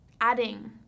adding